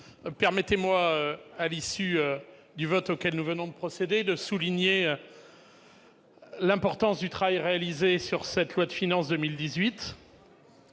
permettez-moi, à l'issue du vote auquel nous venons de procéder, de souligner l'importance du travail qui a été réalisé sur le projet de loi de finances pour